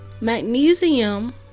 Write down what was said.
magnesium